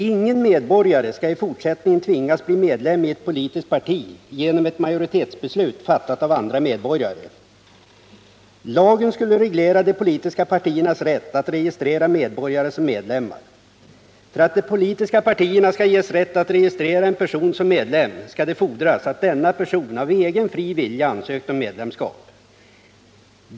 Ingen medborgare skall i fortsättningen tvingas att bli medlem i ett politiskt parti genom ett majoritetsbeslut fattat av andra medborgare. Lagen skulle reglera de politiska partiernas rätt att registrera medborgare som medlemmar. För att de politiska partierna skall ges rätt att registrera en person som medlem skall det fordras att denna person av egen fri vilja ansökt om medlemskap.